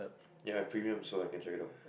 ya premium so I can check it out